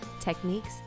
techniques